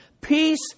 Peace